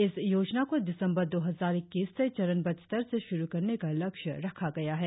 इस योजना को दिसंबर दो हजार इक्कीस तक चरण बद्ध स्तर से श्रु करने का लक्ष्य रखा गया है